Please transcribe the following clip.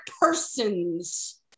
persons